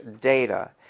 data